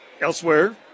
Elsewhere